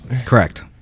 correct